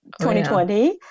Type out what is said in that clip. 2020